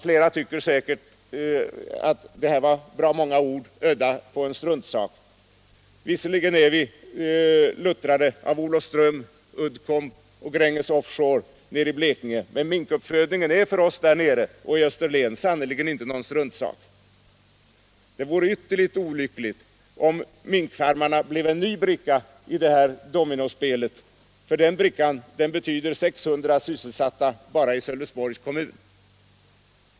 Flera tycker säkert att det här var bra många ord ödda på en struntsak. Visserligen är vi luttrade av Olofström, Uddcomb och Gränges Offshore nere i Blekinge, men minkuppfödningen är för oss där nere och i Österlen hetsområde sannerligen inte någon struntsak. Det vore ytterligt olyckligt om minkfarmarna blev en ny bricka i det här dominospelet, för den brickan betyder 600 sysselsatta bara i Sölvesborgs kommun.